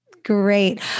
Great